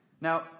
Now